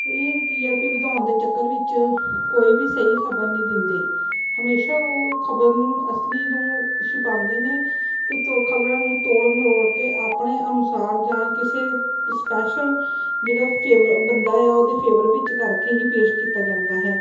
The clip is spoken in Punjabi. ਇਹ ਟੀ ਆਰ ਪੀ ਵਧਾਉਣ ਦੇ ਚੱਕਰ ਵਿੱਚ ਕੋਈ ਵੀ ਸਹੀ ਖ਼ਬਰ ਨਹੀਂ ਦਿੰਦੇ ਹਮੇਸ਼ਾ ਉਹ ਖ਼ਬਰ ਨੂੰ ਅਸਲੀ ਨੂੰ ਛੁਪਾਉਂਦੇ ਨੇ ਅਤੇ ਤੋ ਖ਼ਬਰਾਂ ਨੂੰ ਤੋੜ ਮਰੋੜ ਕੇ ਆਪਣੇ ਅਨੁਸਾਰ ਜਾਂ ਕਿਸੇ ਸਪੈਸ਼ਲ ਜਿਹੜੇ ਫੇਵ ਬੰਦਾ ਆ ਉਹਦੇ ਫੇਵਰ ਵਿੱਚ ਕਰਕੇ ਹੀ ਪੇਸ਼ ਕੀਤਾ ਜਾਂਦਾ ਹੈ